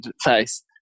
face